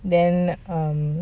then um